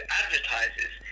advertises